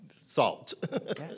salt